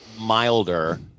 milder